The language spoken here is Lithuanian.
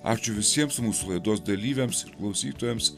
ačiū visiems mūsų laidos dalyviams klausytojams